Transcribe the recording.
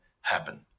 happen